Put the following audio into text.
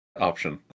option